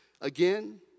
again